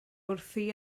wrthi